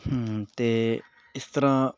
ਅਤੇ ਇਸ ਤਰ੍ਹਾਂ